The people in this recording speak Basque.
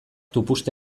tupust